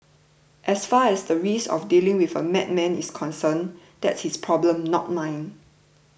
as far as the risk of dealing with a madman is concerned that's his problem not mine